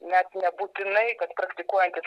net nebūtinai kad praktikuojantis